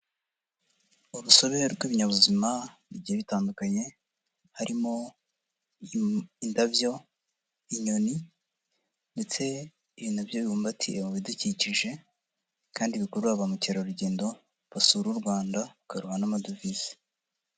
Urusobe rw'ibinyabuzima bigiye bitandukanye, harimo indabyo, inyoni, ndetse ibi nabyo bibumbatiye mu bidukikije, kandi bikurura ba mukerarugendo basura u Rwanda, bakaruha n'amadovize.